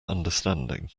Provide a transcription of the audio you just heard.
understanding